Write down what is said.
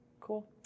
Cool